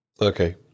Okay